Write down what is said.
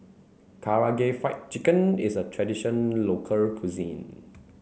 Karaage Fried Chicken is a tradition local cuisine